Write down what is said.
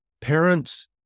Parents